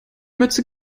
mütze